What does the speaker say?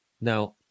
Now